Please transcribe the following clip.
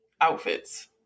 outfits